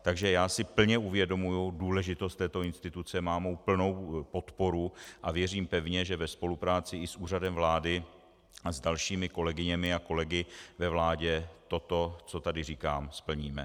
Takže já si plně uvědomuji důležitost této instituce, má mou plnou podporu a věřím pevně, že i ve spolupráci s Úřadem vlády a dalšími kolegyněmi a kolegy ve vládě to, co tady říkám, splníme.